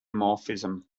morphism